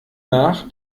nach